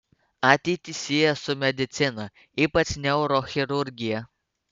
ateitį sieja su medicina ypač neurochirurgija